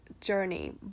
journey